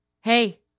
hey